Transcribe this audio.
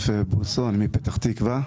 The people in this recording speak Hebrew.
אני מפתח תקווה.